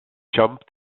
jump